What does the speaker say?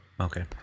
okay